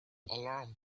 alarmed